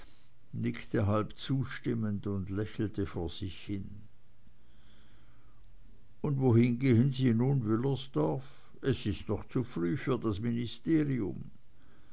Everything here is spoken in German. nickte halb zustimmend und lächelte vor sich hin und wohin gehen sie nun wüllersdorf es ist noch zu früh für das ministerium